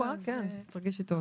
אוי, תרגישי טוב.